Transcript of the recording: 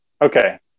Okay